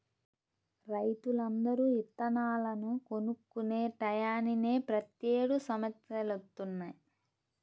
రైతులందరూ ఇత్తనాలను కొనుక్కునే టైయ్యానినే ప్రతేడు సమస్యలొత్తన్నయ్